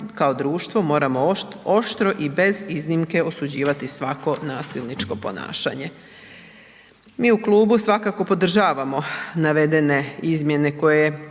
kao društvo moramo oštro i bez iznimke osuđivati svako nasilničko ponašanje. Mi u klubu svakako podržavamo navedene izmjene koje